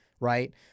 right